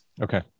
Okay